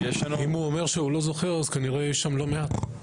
אם הוא אומר שהוא לא זוכר כנראה שיש שם לא מעט.